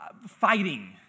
fighting